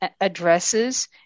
addresses